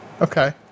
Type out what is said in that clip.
Okay